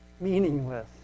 meaningless